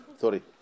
Sorry